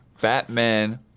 Batman